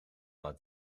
dat